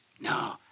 No